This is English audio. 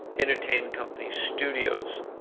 entertainment companies, studios,